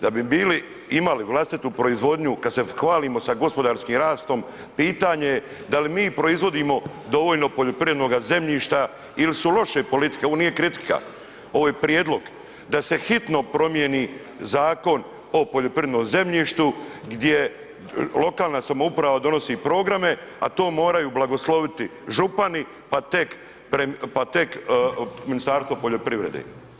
Da bi bili, imali vlastitu proizvodnju kad se hvalimo sa gospodarskim rastom pitanje je da li mi proizvodimo dovoljno poljoprivrednoga zemljišta il su loše politike, ovo nije kritika, ovo je prijedlog, da se hitno promijeni Zakon o poljoprivrednom zemljištu gdje lokalna samouprava donosi programe a to moraju blagosloviti župani pa tek Ministarstvo poljoprivrede.